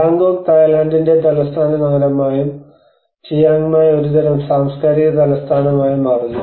Bangkok തായ്ലാൻഡിന്റെ തലസ്ഥാന നഗരമായും ചിയാങ് മായ് ഒരുതരം സാംസ്കാരിക തലസ്ഥാനമായും മാറുന്നു